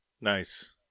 Nice